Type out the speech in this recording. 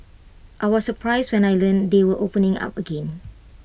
I was surprised when I learnt they were opening up again